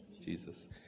Jesus